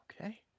Okay